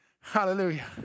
Hallelujah